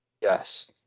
Yes